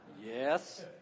Yes